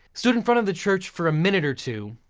stood in front of the church for a minute or two,